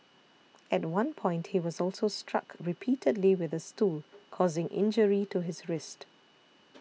at one point he was also struck repeatedly with a stool causing injury to his wrist